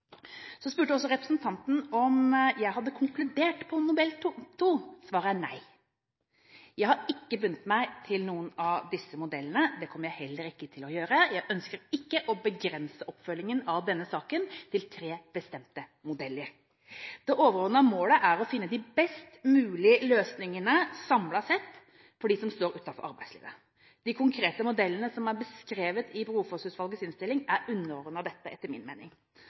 Så spurte også representanten om jeg hadde konkludert på modell 2. Svaret er nei. Jeg har ikke bundet meg opp til noen av disse modellene, og det kommer jeg heller ikke til å gjøre. Jeg ønsker ikke å begrense oppfølgingen av denne saken til tre bestemte modeller. Det overordnede målet er å finne de best mulige løsningene samlet sett for dem som står utenfor arbeidslivet. De konkrete modellene som er beskrevet i Brofoss-utvalgets innstilling, er etter min mening